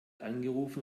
angerufen